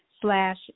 slash